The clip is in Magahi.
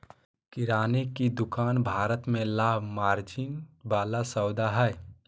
किराने की दुकान भारत में लाभ मार्जिन वाला सौदा हइ